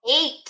eight